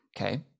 okay